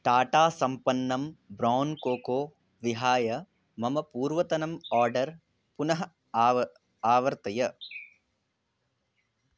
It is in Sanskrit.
टाटा सम्पन्नं ब्रौन् कोको विहाय मम पूर्वतनम् आर्डर् पुनः आव आवर्तय